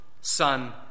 son